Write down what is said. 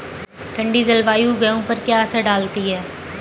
ठंडी जलवायु गेहूँ पर क्या असर डालती है?